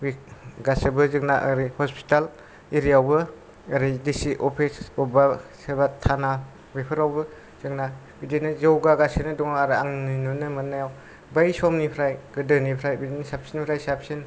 गासिबो ओरै जोंनि हसपिटाल एरियायवबो ओरै डि सि अफिस सोरबा थाना बेफ्रवबो जोंना जौगा गासिनो दं आरो आंनि नुनो मोननायाव बै समनिफ्राय गोदोनिफ्राय साबसिननिफ्राय साबसिनिफ्राय साबसिन